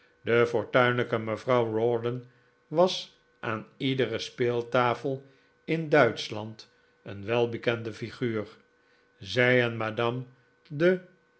de fortuinlijke mevrouw rawdon was aan iedere speeltafel in duitschland een welbekende flguur zij en madame de